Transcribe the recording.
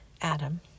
Adam